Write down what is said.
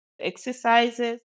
exercises